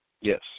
Yes